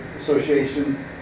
Association